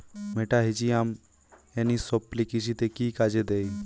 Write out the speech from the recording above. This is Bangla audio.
মেটাহিজিয়াম এনিসোপ্লি কৃষিতে কি কাজে দেয়?